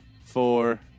four